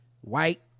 white